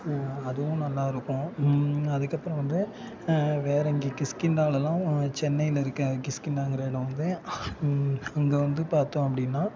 அதுவும் நல்லாயிருக்கும் அதுக்கப்புறம் வந்து வேறு இங்கே கிஷ்கிந்தாவிலலாம் சென்னையில் இருக்க கிஷ்கிந்தாங்கிற இடம் வந்து அங்கே வந்து பார்த்தோம் அப்படின்னா